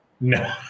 no